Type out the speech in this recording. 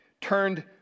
turned